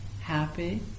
happy